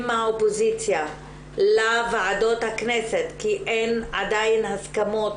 מהאופוזיציה לוועדות הכנסת כי אין עדיין הסכמות